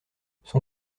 son